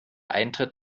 eintritt